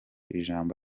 ijambo